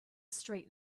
straight